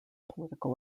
political